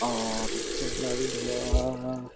অঁ তেতিয়া হ'লে আৰু ধৰা